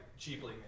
cheaply